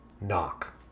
knock